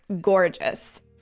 gorgeous